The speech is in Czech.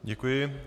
Děkuji.